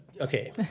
Okay